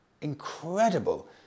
Incredible